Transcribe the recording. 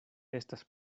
estas